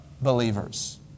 believers